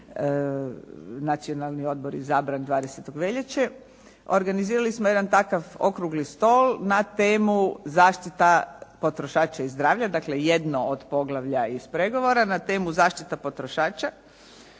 Nacionalni odbor izabran 20. veljače, organizirali smo jedan takav okrugli stol na temu "Zaštita potrošača i zdravlja" dakle jedno od poglavlja iz pregovora na temu zaštita potrošača